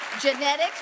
genetics